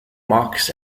mocks